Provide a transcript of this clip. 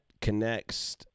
connects